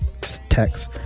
Text